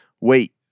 Wait